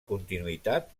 continuïtat